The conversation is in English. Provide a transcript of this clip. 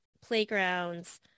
playgrounds